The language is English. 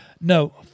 No